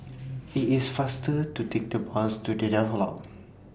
IT IS faster to Take The Bus to The Daulat